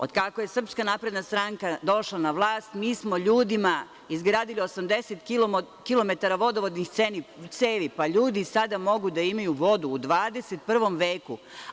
Od kako je SNS došla na vlast mi smo ljudima izgradili 80 kilometara vodovodnih cevi, pa ljudi sada mogu da imaju vodu u 21. veku.